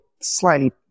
slightly